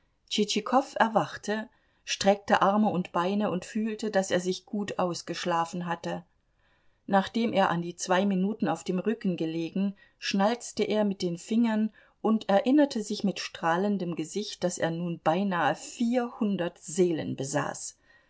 erwachte streckte arme und beine und fühlte daß er sich gut ausgeschlafen hatte nachdem er an die zwei minuten auf dem rücken gelegen schnalzte er mit den fingern und erinnerte sich mit strahlendem gesicht daß er nun beinahe vierhundert seelen besaß